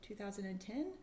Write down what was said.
2010